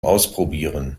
ausprobieren